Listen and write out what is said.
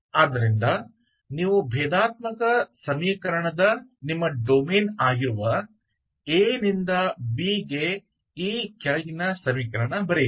ಆದ್ದರಿಂದ ನೀವು ಭೇದಾತ್ಮಕ ಸಮೀಕರಣದ ನಿಮ್ಮ ಡೊಮೇನ್ ಆಗಿರುವ a ನಿಂದ b ಗೆ ಈ ಕೆಳಗಿನ ಸಮೀಕರಣ ಬರೆಯಿರಿ